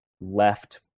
left